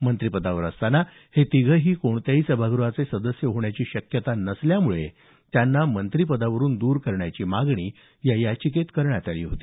मंत्री पदावर असताना हे तिघेही कोणत्याही सभागृहाचे सदस्य होण्याची शक्यता नसल्यामुळे त्यांना मंत्रिपदावरून द्र करण्याची मागणी या याचिकेत करण्यात आली होती